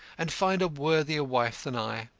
and find a worthier wife than i.